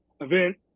event